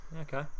Okay